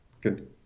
Good